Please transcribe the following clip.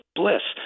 bliss